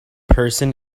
person